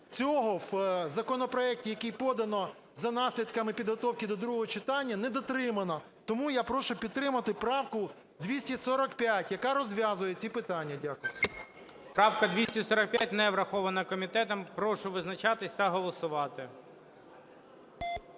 цього в законопроекті, який подано за наслідками підготовки до другого читання, не дотримано. Тому я прошу підтримати правку 245, яка розв'язує ці питання. Дякую. ГОЛОВУЮЧИЙ. Правка 245 не врахована комітетом. Прошу визначатись та голосувати.